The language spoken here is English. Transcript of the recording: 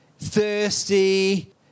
thirsty